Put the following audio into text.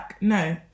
No